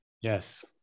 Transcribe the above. Yes